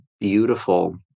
beautiful